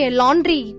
laundry